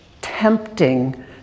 tempting